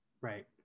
Right